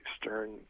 Stern